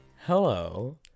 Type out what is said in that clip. Hello